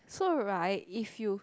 so right if you